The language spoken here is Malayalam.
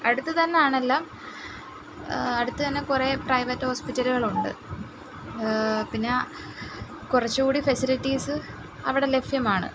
അടുത്ത് തന്നെയാണ് എല്ലാം അടുത്ത് തന്നെ കുറെ പ്രൈവറ്റ് ഹോസ്പിറ്റലുകളുണ്ട് പിന്നെ കുറച്ചുകൂടി ഫെസിലിറ്റീസ് അവിടെ ലഭ്യമാണ്